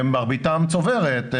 מרביתם צוברת.